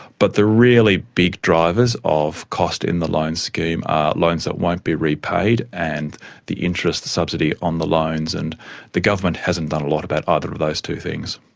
but the really big drivers of cost in the loans scheme are loans that won't be repaid and the interest subsidy on the loans, and the government hasn't done a lot about either of those two things.